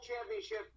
championship